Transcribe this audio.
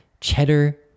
cheddar